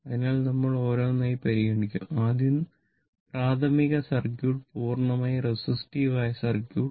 അതിനാൽ നമ്മൾ ഒന്നൊന്നായി പരിഗണിക്കും ആദ്യം പ്രാഥമിക സർക്യൂട്ട് പൂർണ്ണമായും റെസിസ്റ്റീവ് ആയ സർക്യൂട്ട്